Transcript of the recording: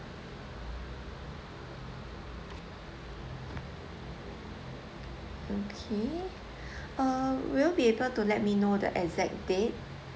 okay uh will you be able to let me know the exact date